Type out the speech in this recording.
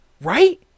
Right